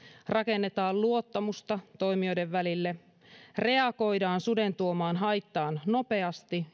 rakennetaan luottamusta toimijoiden välille reagoidaan suden tuomaan haittaan nopeasti